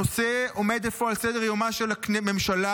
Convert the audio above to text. הנושא עומד אפוא על סדר-יומה של הממשלה.